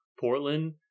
Portland